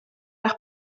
eich